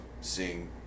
seeing